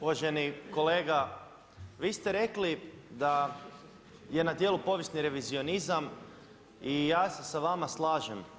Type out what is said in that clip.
Uvaženi kolega, vi ste rekli da je na djelu povijesni revizionizam i ja se sa vama slažem.